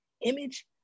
image